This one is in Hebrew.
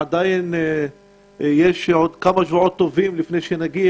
עדיין יש עוד כמה שבועות טובים לפני שנגיע